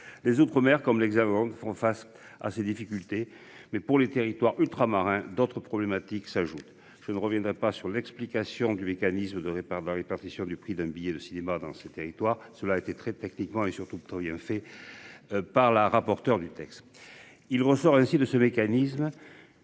les outre-mer comme l'Hexagone font face à ces difficultés. Mais pour les territoires ultramarins d'autres problématiques s'ajoute, je ne reviendrai pas sur l'explication du mécanisme de par la répartition du prix d'un billet de cinéma dans ces territoires, cela a été très techniquement et surtout reviens fait. Par la rapporteure du texte. Il ressort ainsi de ce mécanisme.